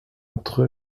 entre